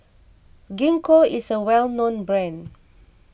Gingko is a well known brand